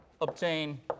obtain